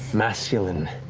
masculine,